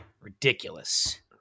Ridiculous